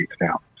now